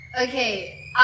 Okay